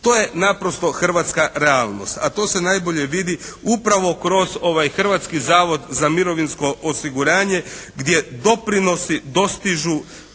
To je naprosto hrvatska realnost, a to se najbolje vidi upravo kroz ovaj Hrvatski zavod za mirovinsko osiguranje gdje doprinosi dostižu